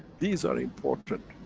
these are important.